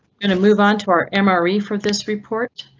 and move on to our emory for this report.